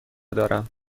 دارم